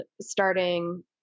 starting